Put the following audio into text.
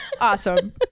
Awesome